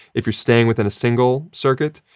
if you're staying within a single circuit,